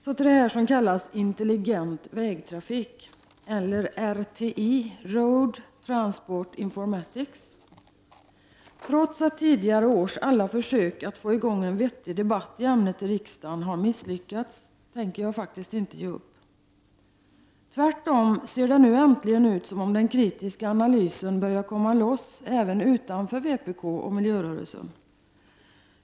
Så till detta som kallas ”intelligent vägtrafik”, eller RTI — Road Transport Informatics. Trots att tidigare års alla försök att få i gång en vettig debatt i ämnet i riks dagen har misslyckats tänker jag inte ge upp. Tvärtom! Det ser nu äntligen ut som om den kritiska analysen börjar komma loss även utanför vänsterpartiet och miljörörelsen.